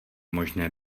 možné